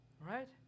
Right